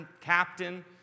captain